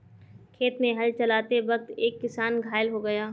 खेत में हल चलाते वक्त एक किसान घायल हो गया